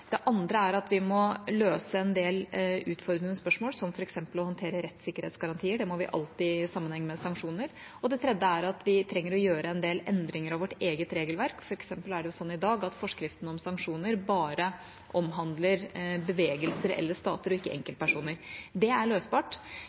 Det andre er at vi må løse en del utfordrende spørsmål, som f.eks. å håndtere rettssikkerhetsgarantier. Det må vi alltid i sammenheng med sanksjoner. Og det tredje er at vi trenger å gjøre en del endringer av vårt eget regelverk. For eksempel er det sånn i dag at forskriften om sanksjoner bare omhandler bevegelser eller stater og ikke enkeltpersoner. Det er løsbart.